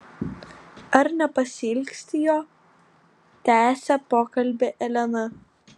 ar nepasiilgsti jo tęsia pokalbį elena